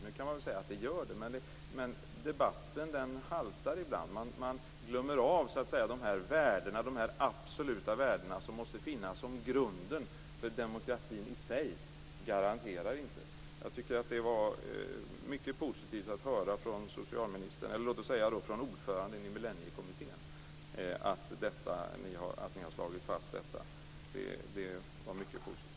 Nu kan man väl säga att det gör det, men debatten haltar ibland. Man glömmer bort de absoluta värden som måste finnas i grunden, eftersom demokratin i sig inte garanterar dem. Jag tycker att det var mycket positivt att höra från ordföranden i Millenniekommittén att ni har slagit fast detta. Det var mycket positivt.